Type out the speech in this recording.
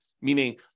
meaning